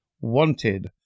Wanted